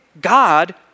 God